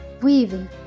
weaving